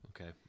Okay